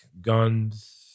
guns